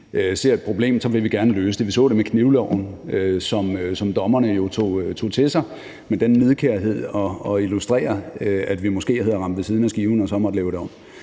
ser et problem, vil vi gerne løse det. Vi så det med knivloven, som dommerne jo tog til sig med den nidkærhed at illustrere, at vi måske havde ramt ved siden af skiven og så måtte lave det om.